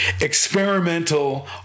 experimental